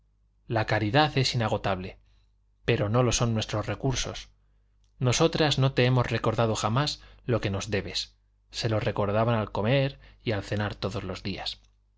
la caridad es inagotable pero no lo son nuestros recursos nosotras no te hemos recordado jamás lo que nos debes se lo recordaban al comer y al cenar todos los días nosotras hemos perdonado tu origen es decir el de